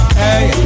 hey